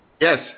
Yes